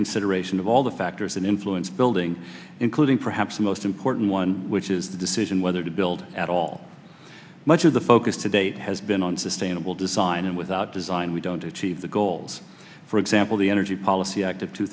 consideration of all the factors that influence building including perhaps the most important one which is the decision whether to build at all much of the focus today has been on sustainable design and without design we don't achieve the goals for example the energy policy act of two